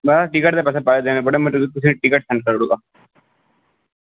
बस ticket दे पैसे देने पौने में तुसेंगी टिकट सेंड करी ओड़गा